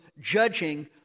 judging